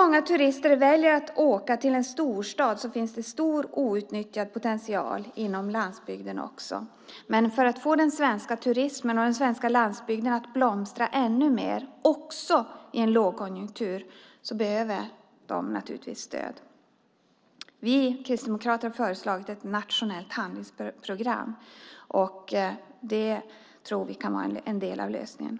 Många turister väljer att åka till en storstad, men det finns en stor outnyttjad potential också på landsbygden. För att få den svenska turismen och den svenska landsbygden att blomstra ännu mer, också i en lågkonjunktur, behövs det naturligtvis stöd. Vi kristdemokrater har föreslagit ett nationellt handlingsprogram som vi tror kan vara en del av lösningen.